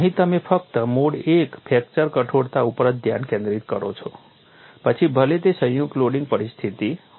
અહીં તમે ફક્ત મોડ I ફ્રેક્ચર કઠોરતા ઉપર જ ધ્યાન કેન્દ્રિત કરો છો પછી ભલે તે સંયુક્ત લોડિંગ પરિસ્થિતિ હોય